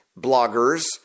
bloggers